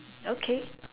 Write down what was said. okay